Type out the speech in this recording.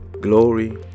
Glory